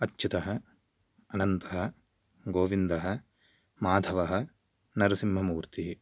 अच्युतः अनन्तः गोविन्दः माधवः नरसिंहमूर्तिः